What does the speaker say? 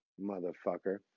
motherfucker